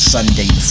Sunday